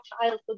childhood